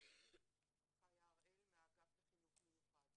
חיה הראל מהאגף לחינוך מיוחד.